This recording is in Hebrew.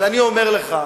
אבל אני אומר לך,